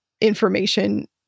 information